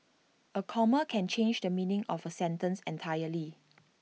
A comma can change the meaning of A sentence entirely